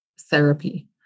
therapy